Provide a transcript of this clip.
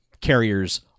carriers